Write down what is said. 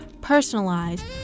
personalized